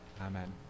amen